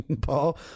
Paul